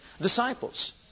disciples